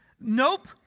nope